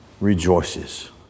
rejoices